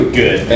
good